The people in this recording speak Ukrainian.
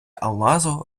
алмазу